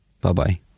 bye-bye